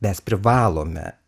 mes privalome